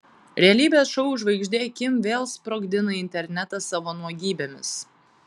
realybės šou žvaigždė kim vėl sprogdina internetą savo nuogybėmis